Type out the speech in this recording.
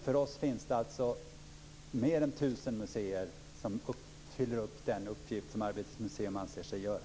För oss finns det mer än tusen museer som uppfyller den uppgift som Arbetets museum anser sig göra.